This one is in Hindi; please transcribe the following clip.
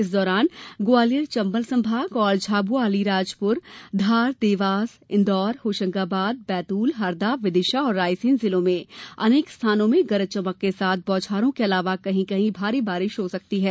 इस दौरान ग्वालियर चम्बल संभाग और झाबुआ अलीराजपुर धार देवास इंदौर होशंगाबाद बैतूल हरदा विदिशा और रायसेन जिलों में अनेक स्थानों में गरज चमक के साथ बौछारों के अलावा कहीं कहीं भारी वर्षा भी हो सकती है